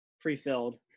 pre-filled